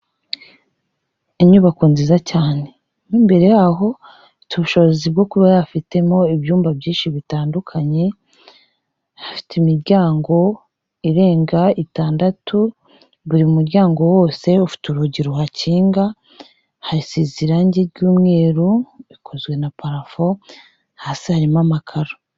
Inyubako nziza cyane. Imbere yaho hafite ubushobozi bwo kuba hafitemo ibyumba byinshi bitandukanye, hafite imiryango irenga itandatu, buri muryango wose ufite urugi ruhakinga, hasize irangi ry'umweru, bikozwe na parafo, hasi harimo amakara.